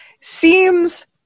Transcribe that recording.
seems